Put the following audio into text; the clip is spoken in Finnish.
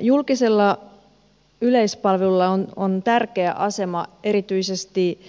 julkisella yleispalvelulla on tärkeä asema erityisesti